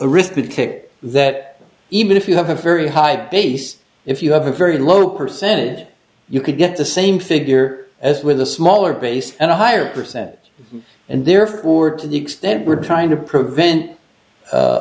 arithmetic that even if you have a very high base if you have a very low percentage you could get the same figure as with a smaller base and a higher percentage and therefore to the extent we're trying to prevent